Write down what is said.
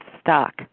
stuck